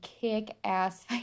kick-ass